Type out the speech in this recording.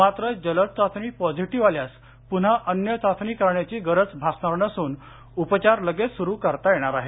मात्र जलद चाचणी पौसिटिव्ह आल्यास पुन्हा अन्य चाचणी करण्याची गरज भासणार नसून उपचार लगेच सुरु करता येणार आहेत